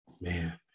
Man